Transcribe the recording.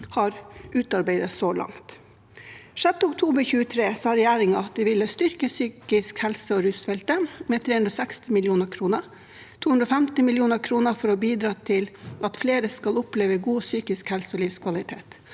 har utarbeidet så langt. Den 6. oktober 2023 sa regjeringen at de ville styrke psykisk helse- og rusfeltet med 360 mill. kr, 250 mill. kr for å bidra til at flere skal oppleve god psykisk helse og livskvalitet,